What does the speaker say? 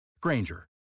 Granger